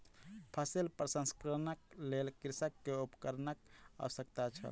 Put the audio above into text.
फसिल प्रसंस्करणक लेल कृषक के उपकरणक आवश्यकता छल